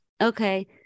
okay